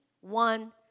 one